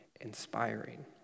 inspiring